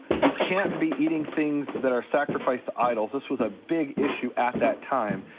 you can't be eating things that are sacrificed to idols, this was a big issue at that time.